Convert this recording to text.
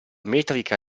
metrica